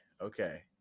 Okay